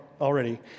already